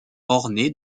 ornés